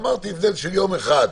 אמרתי שהבדל של יום אחד,